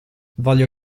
voglio